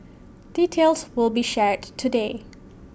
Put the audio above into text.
details will be shared today